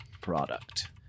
product